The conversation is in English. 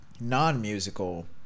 non-musical